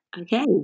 Okay